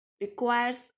requires